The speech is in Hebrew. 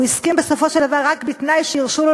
הוא הסכים בסופו של דבר רק בתנאי שירשו לו